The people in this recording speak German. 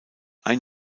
ein